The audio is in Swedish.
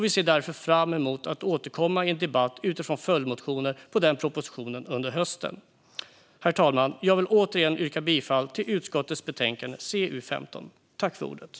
Vi ser därför fram emot att återkomma i en debatt utifrån följdmotioner på den propositionen under hösten. Herr talman! Jag vill återigen yrka bifall till utskottets förslag.